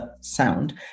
sound